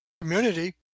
community